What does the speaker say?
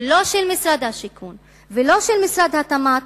לא של משרד השיכון ולא של משרד התמ"ת,